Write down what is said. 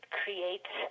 creates